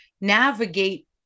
navigate